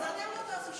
אז אתם לא תעשו שום דבר.